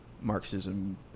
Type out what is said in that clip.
Marxism